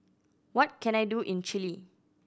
what can I do in Chile